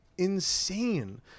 insane